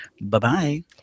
Bye-bye